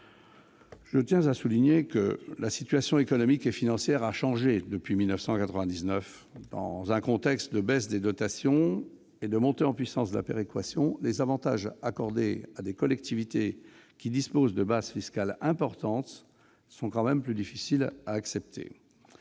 Je tiens à le souligner, la situation économique et financière a changé depuis 1999 : dans un contexte de baisse des dotations et de montée en puissance de la péréquation, les avantages accordés à des collectivités qui disposent de bases fiscales importantes sont plus difficiles à accepter.